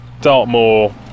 Dartmoor